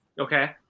okay